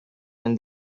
and